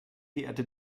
geehrte